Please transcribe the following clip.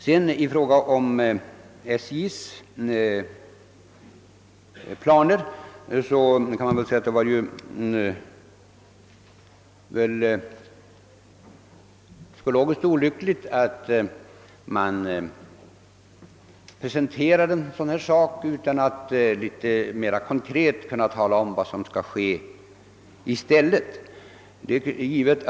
Beträffande SJ:s planer får väl sägas att det var psykologiskt olyckligt att de presenterades utan att man något mera konkret kunde ange vad som skulle komma i stället vid indragningarna.